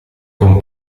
con